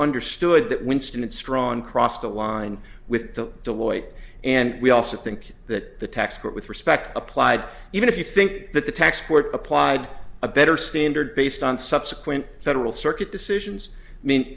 understood that winston and strawn crossed the line with the deloitte and we also think that the tax court with respect applied even if you think that the tax court applied a better standard based on subsequent federal circuit decisions mean